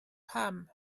pam